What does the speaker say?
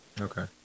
Okay